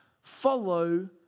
Follow